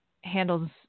handles